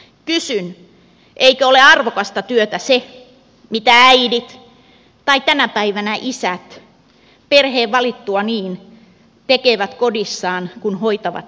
kysyn eikö ole arvokasta työtä se mitä äidit tai tänä päivänä isät perheen valittua niin tekevät kodissaan kun hoitavat lapsiaan